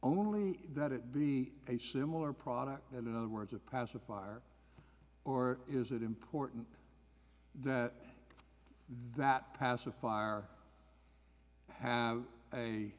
only that it be a similar product and in other words a pacifier or is it important that pacifier have a